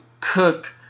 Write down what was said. Cook